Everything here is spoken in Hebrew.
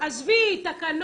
משרד התרבות,